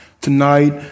Tonight